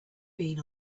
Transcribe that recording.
been